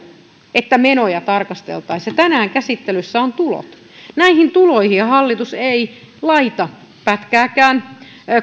että menoja tarkasteltaisiin ja tänään käsittelyssä ovat tulot näihin tuloihinhan hallitus ei laita pätkääkään